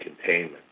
containment